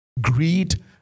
greed